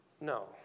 no